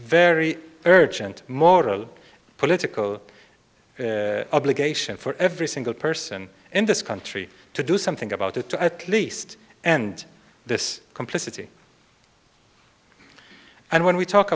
very urgent moral political obligation for every single person in this country to do something about it to at least end this complicity and when we talk